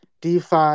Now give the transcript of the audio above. DeFi